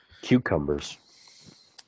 Cucumbers